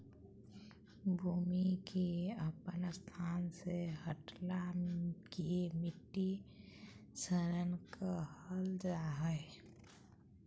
भूमि के अपन स्थान से हटला के मिट्टी क्षरण कहल जा हइ